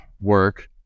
work